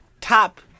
top